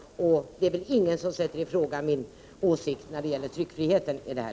När det gäller tryckfriheten är det väl ingen som ifrågasätter min åsikt.